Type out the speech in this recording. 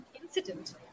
incident